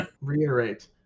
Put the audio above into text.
Reiterate